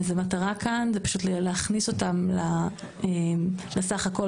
המטרה כאן זה להכניס אותם לסך הכול